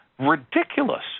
Ridiculous